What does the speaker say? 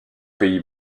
pays